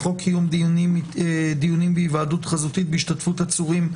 בחוק קיום דיונים בהיוועדות חזותית בהשתתפות עצורים,